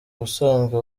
ubusanzwe